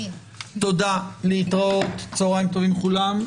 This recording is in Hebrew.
תודה ולהתראות, צוהריים טובים לכולם.